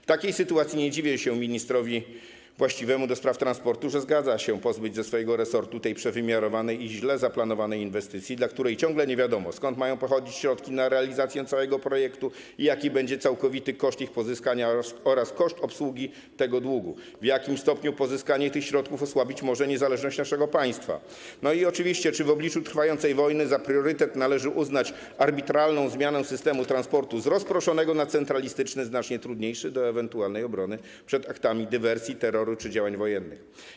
W takiej sytuacji nie dziwię się ministrowi właściwemu do spraw transportu, że zgadza się pozbyć ze swojego resortu tej przewymiarowanej i źle zaplanowanej inwestycji, co do której ciągle nie wiadomo, skąd mają pochodzić środki na realizację całego projektu i jaki będzie całkowity koszt ich pozyskania oraz koszt obsługi tego długu, w jakim stopniu pozyskanie tych środków osłabić może niezależność naszego państwa i oczywiście czy w obliczu trwającej wojny za priorytet należy uznać arbitralną zmianę systemu transportu z rozproszonego na centralistyczny, znacznie trudniejszy do ewentualnej obrony przed aktami dywersji, terroru czy działań wojennych.